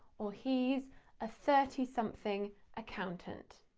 or, he's a thirty something accountant.